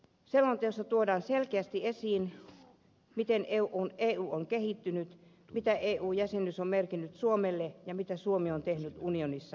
selonteossa tuodaan selkeästi esiin miten eu on kehittynyt mitä eu jäsenyys on merkinnyt suomelle ja mitä suomi on tehnyt unionissa